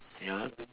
ya